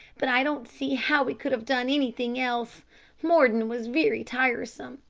but i don't see how we could have done anything else mordon was very tiresome.